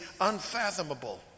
unfathomable